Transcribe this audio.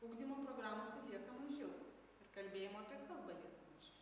ugdymo programose lieka mažiau kalbėjimo apie kalbą lietuviškai